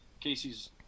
Casey's